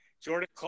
Jordan